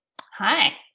Hi